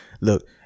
look